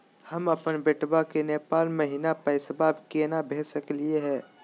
हम अपन बेटवा के नेपाल महिना पैसवा केना भेज सकली हे?